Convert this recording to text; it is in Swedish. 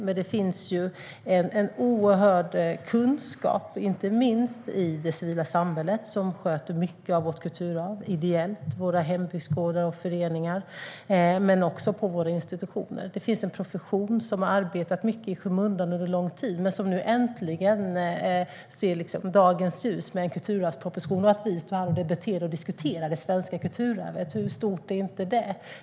Men det finns en oerhört stor kunskap, inte minst i det civila samhället som sköter mycket av vårt kulturarv ideellt - våra hembygdsgårdar och föreningar men också våra institutioner. Det finns en profession som har arbetat mycket i skymundan under lång tid men som nu äntligen ser dagens ljus med en kulturarvsproposition och att vi debatterar och diskuterar det svenska kulturarvet. Hur stort är inte det?